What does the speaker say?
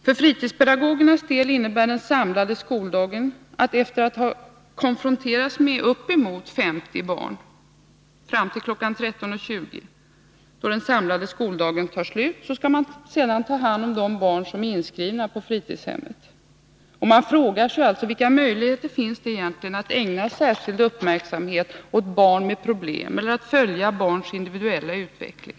För fritidspedagogernas del innebär den samlade skoldagen att de, efter att fram till kl. 13.20, då den samlade skoldagen tar slut, ha konfronterats med uppemot 50 barn, skall ta hand om de barn som är inskrivna på fritidshemmet. Man frågar sig vilka möjligheter det då finns att ägna särskild uppmärksamhet åt barn med problem eller att följa barns individuella utveckling.